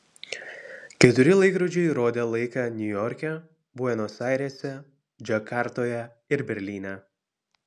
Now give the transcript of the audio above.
keturi laikrodžiai rodė laiką niujorke buenos airėse džakartoje ir berlyne